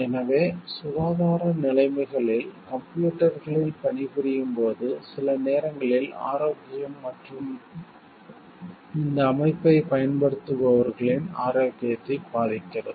எனவே சுகாதார நிலைமைகளில் கம்ப்யூட்டர்களில் பணிபுரியும் போது சில நேரங்களில் ஆரோக்கியம் மற்றும் இந்த அமைப்பைப் பயன்படுத்துபவர்களின் ஆரோக்கியத்தை பாதிக்கிறது